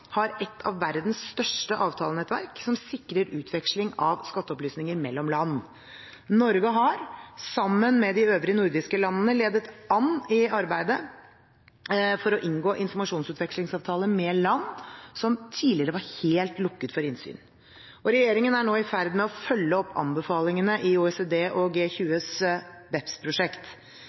har et av verdens største avtalenettverk, som sikrer utveksling av skatteopplysninger mellom land. Norge har – sammen med de øvrige nordiske landene – ledet an i arbeidet for å inngå informasjonsutvekslingsavtale med land som tidligere var helt lukket for innsyn. Og regjeringen er nå i ferd med å følge opp anbefalingene i OECD og